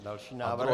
Další návrh.